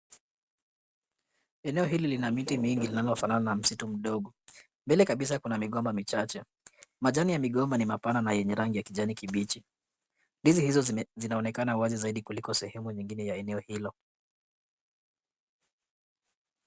Eneo hili lina miti mingi linalofanana na msitu mdogo. Mbele kabisa kuna migomba michache. Majani ya migomba ni mapana na yenye rangi ya kijani kibichi. Ndizi hizo zinaonekana wazi zaidi kuliko sehemu ingine ya eneo hilo.